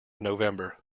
november